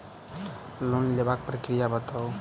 Loan लेबाक प्रक्रिया बताऊ?